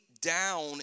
down